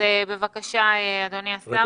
אדוני השר,